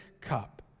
cup